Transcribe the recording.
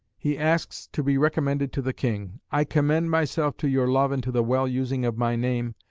he asks to be recommended to the king i commend myself to your love and to the well-using of my name,